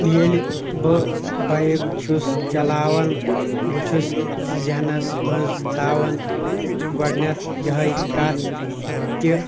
ییٚلہِ بہٕ بایِک چھُس چَلاوَان بہٕ چھُس ذہنَس منٛز تھاوان گۄڈٕنٮ۪تھ یِہَے کَتھ کہِ